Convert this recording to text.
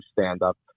stand-up